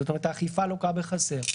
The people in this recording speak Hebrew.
זאת אומרת שהאכיפה לוקה בחסר.